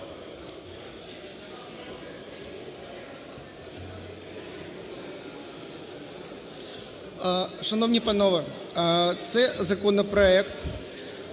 Шановні панове, це законопроект